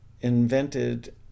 invented